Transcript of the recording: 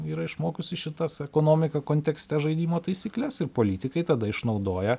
yra išmokusi šitas ekonomika kontekste žaidimo taisykles ir politikai tada išnaudoja